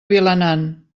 vilanant